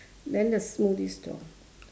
then the smoothie stall